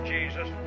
Jesus